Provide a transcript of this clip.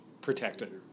protected